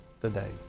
today